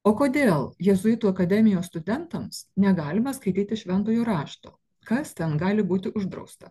o kodėl jėzuitų akademijos studentams negalima skaityti šventojo rašto kas ten gali būti uždrausta